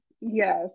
Yes